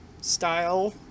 style